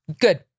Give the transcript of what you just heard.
Good